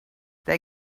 they